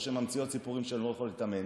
או שממציאות סיפורים שהן לא יכולות להתאמן,